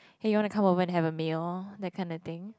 hey you want to come over to have a meal that kind of thing